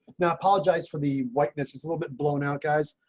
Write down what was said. now apologize for the whiteness is a little bit blown out guys.